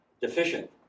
deficient